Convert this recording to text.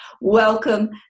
Welcome